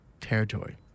territory